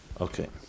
Okay